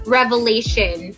revelation